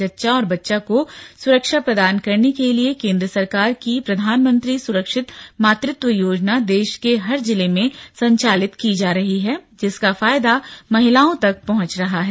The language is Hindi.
जच्चा और बच्चा को सुरक्षा प्रदान करने के लिए केंद्र सरकार की प्रधानमंत्री सुरक्षित मातृत्व योजना देश के हर जिले में संचालित की जा रही है जिसका फायदा महिलाओं तक पहंच रहा है